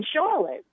Charlotte